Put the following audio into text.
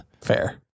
fair